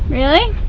really?